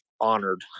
honored